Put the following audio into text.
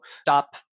stop